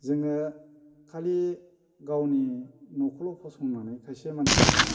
जोङो खालि गावनि न'खौल' फसंनानै खायसे मानसिफोरा